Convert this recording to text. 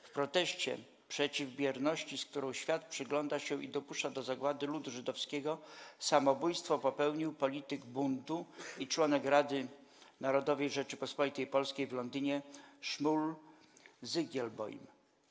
W proteście 'przeciw bierności, z którą świat przygląda się i dopuszcza do zagłady ludu żydowskiego' samobójstwo popełnił polityk Bundu i członek Rady Narodowej Rzeczypospolitej Polskiej w Londynie Szmul Zygielbojm.